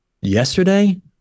yesterday